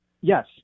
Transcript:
Yes